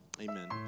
Amen